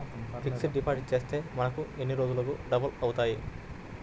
Fixed deposit చేస్తే మనకు ఎన్ని రోజులకు డబల్ అవుతాయి?